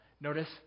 Notice